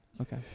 Okay